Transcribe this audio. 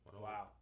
Wow